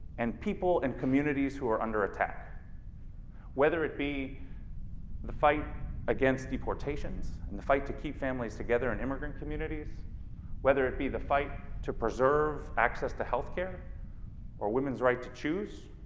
and people in and communities who are under attack whether it be the fight against deportations, and the fight to keep families together and immigrant communities whether it be the fight to preserve access to health care or women's right to choose